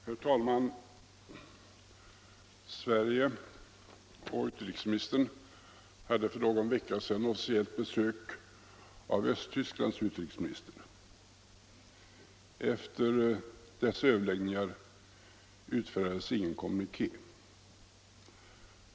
Herr talman! Sverige och utrikesministern hade för någon vecka sedan officiellt besök av Östtysklands utrikesminister. Efter dessa överläggningar utfärdades ingen kommuniké.